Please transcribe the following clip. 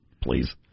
Please